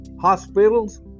hospitals